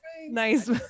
nice